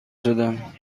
شدن